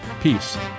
Peace